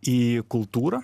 į kultūrą